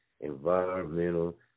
environmental